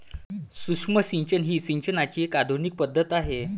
सूक्ष्म सिंचन ही सिंचनाची एक आधुनिक पद्धत आहे